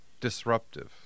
disruptive